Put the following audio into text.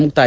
ಮುಕ್ತಾಯ